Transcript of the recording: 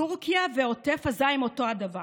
טורקיה ועוטף עזה הם אותו הדבר.